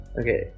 Okay